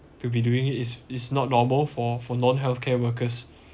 to be doing it is is not normal for for non healthcare workers